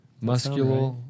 Muscular